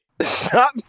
Stop